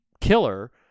killer